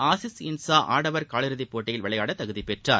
Axis இன்சா ஆடவர் காலிறுதி போட்டிக்கு விளையாட தகுதிப் பெற்றார்